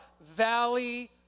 valley